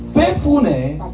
faithfulness